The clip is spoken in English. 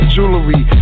Jewelry